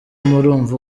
murumva